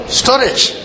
storage